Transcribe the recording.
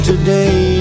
Today